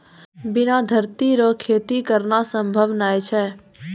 बिना धरती रो खेती करना संभव नै छै